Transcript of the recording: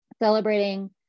Celebrating